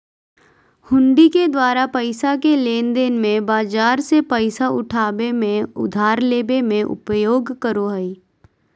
हुंडी के द्वारा पैसा के लेनदेन मे, बाजार से पैसा उठाबे मे, उधार लेबे मे प्रयोग करो हलय